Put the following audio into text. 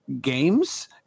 games